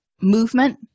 movement